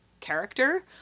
character